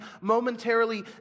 momentarily